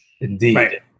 Indeed